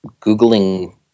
googling